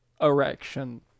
erection